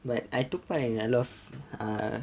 but I took part and I a lot of uh